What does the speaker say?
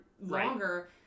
longer